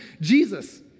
Jesus